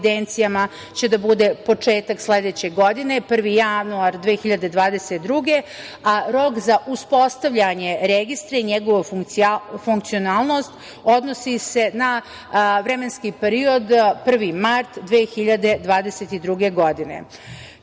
će da bude početak sledeće godine, 1. januar 2022. godine, a rok za uspostavljanje registra i njegovu funkcionalnost odnosi se na vremenski period 1. mart 2022. godine. Takođe